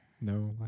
no